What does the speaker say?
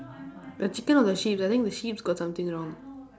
the chicken or the sheep I think the sheeps got something wrong